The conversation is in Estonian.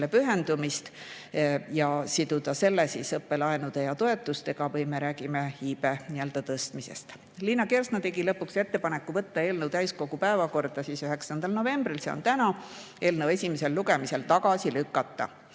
pühendumist ja siduda selle õppelaenude ja ‑toetustega või me räägime iibe tõstmisest. Liina Kersna tegi lõpuks ettepaneku võtta eelnõu täiskogu päevakorda 9. novembril, see on täna, ja eelnõu esimesel lugemisel tagasi lükata.